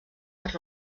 les